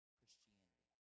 Christianity